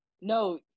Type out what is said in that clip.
no